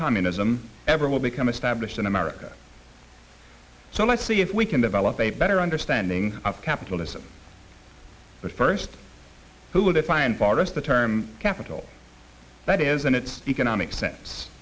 communism ever will become established in america so let's see if we can develop a better understanding of capitalism but first who will define for us the term capital that is and its economic sense